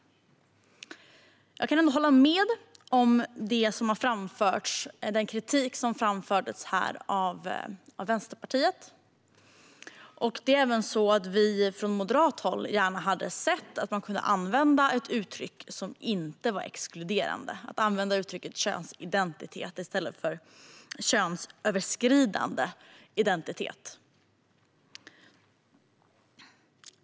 Jag kan ändå hålla med om den kritik som framfördes här av Vänsterpartiet. Även från moderat håll hade vi gärna sett att man kunde använda ett uttryck som inte är exkluderande, använda "könsidentitet" i stället för "könsöverskridande identitet".